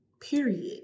Period